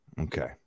Okay